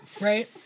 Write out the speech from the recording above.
Right